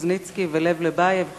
קוזניצקי ולב לבייב,